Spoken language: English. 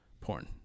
porn